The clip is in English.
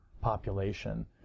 population